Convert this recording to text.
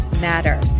Matter